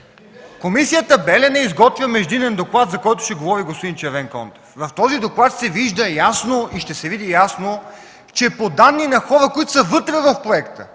–Комисията „Белене” изготвя междинен доклад, за който ще говори господин Червенкондев. В този доклад се вижда ясно и ще се види ясно, че по данни на хора, които са вътре в проекта,